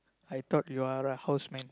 I thought you are a house man